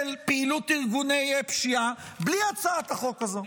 של פעילות ארגוני פשיעה, בלי הצעת החוק הזו,